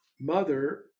mother